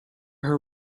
her